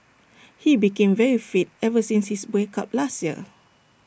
he became very fit ever since his break up last year